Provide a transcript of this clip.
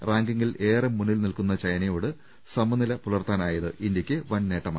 റാങ്കിങ്ങിൽ ഏറെ മുന്നിൽ നില്ക്കുന്ന ചൈനയോട് സമനില പുലർത്താനായത് ഇന്ത്യക്ക് നേട്ടമായി